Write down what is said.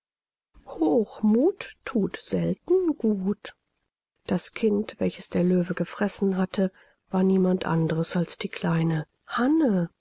hochmuth thut selten gut das kind welches der löwe gefressen hatte war niemand anders als die kleine hanne